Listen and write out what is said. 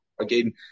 again